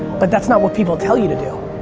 but that's not what people tell you to do.